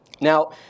Now